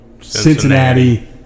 Cincinnati